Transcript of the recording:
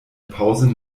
pause